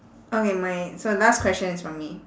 okay my so last question is from me